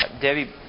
Debbie